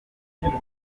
ibwami